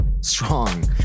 strong